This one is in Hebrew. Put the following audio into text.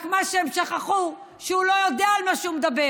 רק מה שהם שכחו, שהוא לא יודע על מה שהוא מדבר,